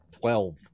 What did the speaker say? Twelve